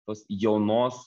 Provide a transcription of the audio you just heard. tos jaunos